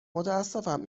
متأسفم